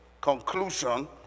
conclusion